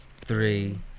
three